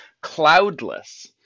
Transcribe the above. cloudless